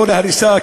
לא להריסה,